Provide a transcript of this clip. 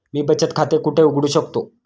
मी बचत खाते कुठे उघडू शकतो?